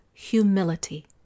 humility